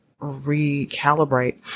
recalibrate